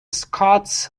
scots